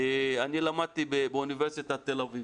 אני למדתי באוניברסיטת תל אביב